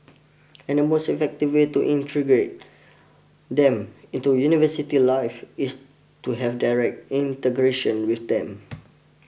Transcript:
and the most effective way to integrate them into university life is to have direct integration with them